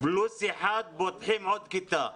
פלוס ילד אחד, פותחים עוד כיתה.